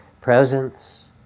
Presence